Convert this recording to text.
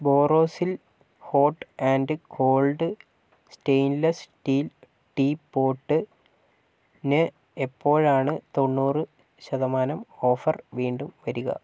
Borosil hot and cold stainless steel tea പോട്ടിന് എപ്പോഴാണ് തൊണ്ണൂറ് ശതമാനം ഓഫർ വീണ്ടും വരിക